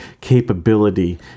capability